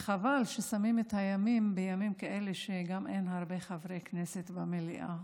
חבל ששמים את הימים בימים כאלה שגם אין הרבה חברי כנסת במליאה.